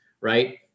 right